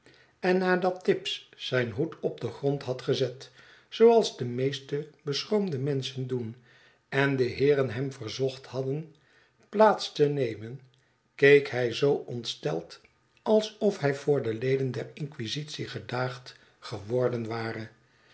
en nadat tibbs zijn hoed op den grond had gezet zooals de meeste beschroomde menschen doen en de heeren hem verzocht hadden plaats te nemen keek hij zoo ontsteld alsof hij voor de leden der inquisitie gedaagd geworden ware